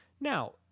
Now